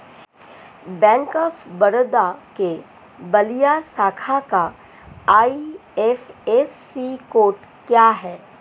Bank of Baroda के बलिया शाखा का आई.एफ.एस.सी कोड क्या है?